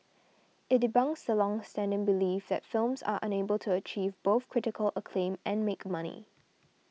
it debunks the longstanding belief that films are unable to achieve both critical acclaim and make money